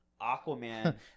Aquaman